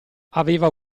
aveva